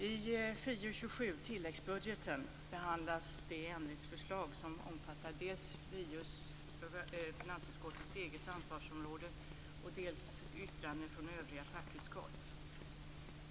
Fru talman! I FiU 27, tilläggsbudgeten, behandlas de ändringsförslag som omfattar dels finansutskottets eget ansvarsområde, dels yttranden från övriga fackutskott.